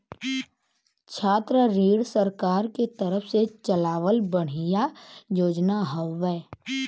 छात्र ऋण सरकार के तरफ से चलावल बढ़िया योजना हौवे